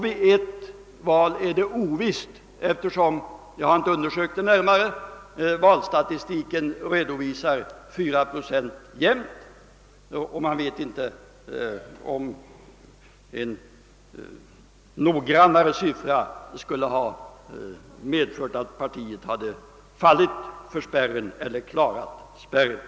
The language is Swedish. Vid ett av valen är det ovisst hur det skulle ha gått eftersom — jag har inte undersökt saken närmare — valstatistiken redovisar 4 procent jämnt och man inte vet om en mer exakt siffra skulle ha lett till att partiet fallit offer för spärren eller klarat den.